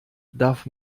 darf